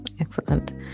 excellent